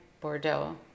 Bordeaux